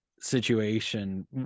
situation